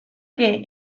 que